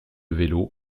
vélo